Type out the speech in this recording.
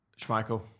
Schmeichel